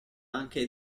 anche